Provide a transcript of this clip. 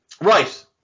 Right